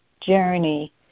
journey